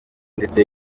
ndetse